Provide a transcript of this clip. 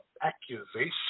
accusation